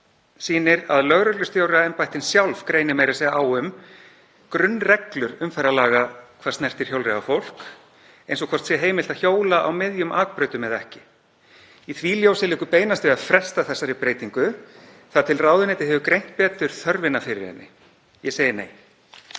sýnir að lögreglustjóraembættin sjálf greinir meira að segja á um grunnreglur umferðarlaga hvað snertir hjólreiðafólk, eins og hvort heimilt sé að hjóla á miðjum akbrautum eða ekki. Í því ljósi liggur beinast við að fresta þessari breytingu þar til ráðuneytið hefur greint betur þörfina fyrir henni. Ég segi nei.